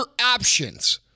options